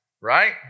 right